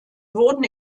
wurden